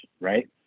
right